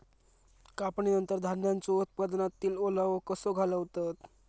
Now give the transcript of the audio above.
कापणीनंतर धान्यांचो उत्पादनातील ओलावो कसो घालवतत?